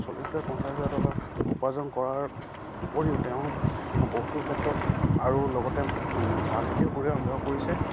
চল্লিছ হাজাৰ পঞ্চাছ হাজাৰ টকাৰ উপাৰ্জন কৰাৰ উপৰিও তেওঁ বহুতো ক্ষেত্ৰত আৰু লগতে চাহ খেতিও কৰি আৰম্ভ কৰিছে